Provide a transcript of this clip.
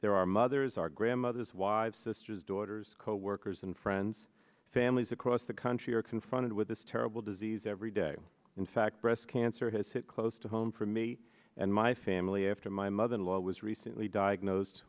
there are mothers our grandmothers wives sisters daughters coworkers and friends families across the country are confronted with this terrible disease every day in fact breast cancer has hit close to home for me and my family after my mother in law was recently diagnosed